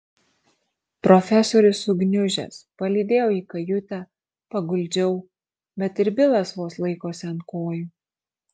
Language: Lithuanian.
profesorius sugniužęs palydėjau į kajutę paguldžiau bet ir bilas vos laikosi ant kojų